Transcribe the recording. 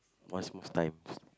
time